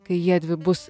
kai jiedvi bus